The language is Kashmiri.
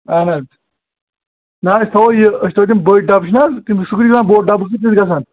اَہن حظ نہ حظ أسۍ تھَوَو یہِ أسۍ تھاوَو تِم بٔڑۍ ڈَبہٕ چھِنہٕ حظ سُہ کۭتِس گَژھان بوٚڑ ڈَبہٕ کۭتِس گَژھان